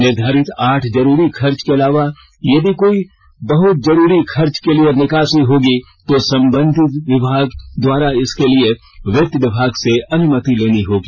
निर्धारित आठ जरूरी खर्च के अलावा यदि कोई बहत जरूरी खर्च के लिए निकासी होगी तो संबंधित विभाग द्वारा इसके लिए वित्त विभाग से अनुमति लेनी होगी